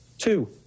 Two